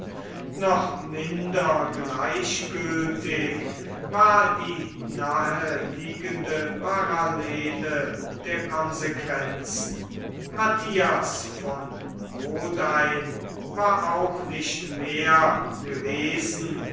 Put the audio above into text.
noch minder gleichgültig war die naheliegende parallele der konsequenzen mattathias von modein war auch nicht mehr gewesen